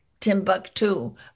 Timbuktu